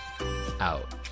Out